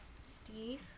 steve